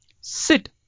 Sit